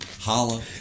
Holla